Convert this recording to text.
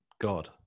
god